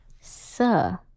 sir